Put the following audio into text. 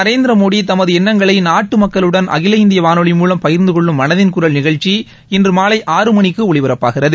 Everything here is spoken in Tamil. நரேந்திர மோடி தமது எண்ணங்களை நாட்டு மக்களுடன் அகில இந்திய வானொலி மூலம் பகிர்ந்து கொள்ளும் மனதின் குரல் நிகழ்ச்சி இன்று மாலை ஆறு மணிக்கு ஒலிபரப்பாகிறது